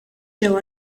ġew